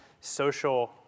social